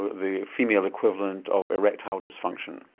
the female equivalent of erectile dysfunction.